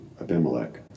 Abimelech